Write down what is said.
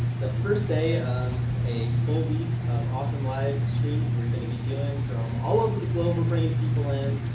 the first day of a full week of awesome live streams, we're gonna be doing from all over the globe, we're bringing people in.